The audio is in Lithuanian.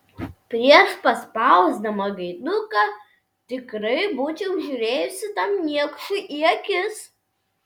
prieš paspausdama gaiduką tikrai būčiau žiūrėjusi tam niekšui į akis